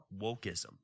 wokeism